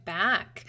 back